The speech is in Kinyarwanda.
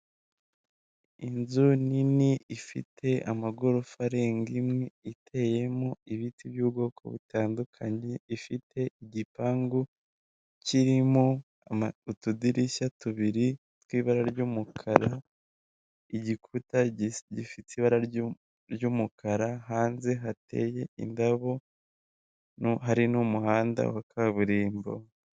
Inzu nini ifite amagorofa arenga imwe, iteyemo ibiti by'ubwoko butandukanye, ifite igipangu kirimo utudirishya tubiri tw'ibara ry'umukara, igikuta gifite ibara ry'umukara, hanze hateye indabo hari n'umuhanda wa kaburimbo.